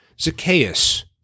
Zacchaeus